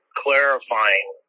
clarifying